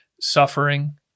suffering